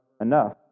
enough